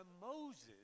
Moses